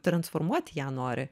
transformuot ją nori